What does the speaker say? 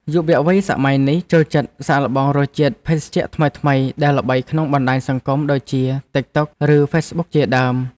យុវវ័យសម័យនេះចូលចិត្តសាកល្បងរសជាតិភេសជ្ជៈថ្មីៗដែលល្បីក្នុងបណ្តាញសង្គមដូចជាទីកតុកឬហ្វេសប៊ុកជាដើម។